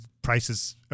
Prices